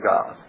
God